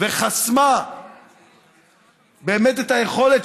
וחסמה באמת את היכולת,